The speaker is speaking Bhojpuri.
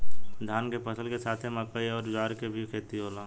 धान के फसल के साथे मकई अउर ज्वार के भी खेती होला